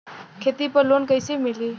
खेती पर लोन कईसे मिली?